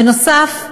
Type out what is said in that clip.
בנוסף,